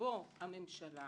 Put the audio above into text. שבו הממשלה